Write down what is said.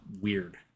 weird